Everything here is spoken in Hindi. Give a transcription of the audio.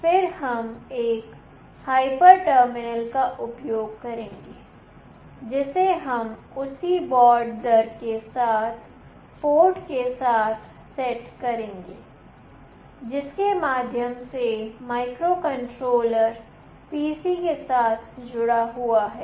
फिर हम एक हाइपर टर्मिनल का उपयोग करेंगे जिसे हम उसी baud दर के साथ पोर्ट के साथ सेट करेंगे जिसके माध्यम से माइक्रोकंट्रोलर PC के साथ जुड़ा हुआ है